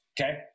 Okay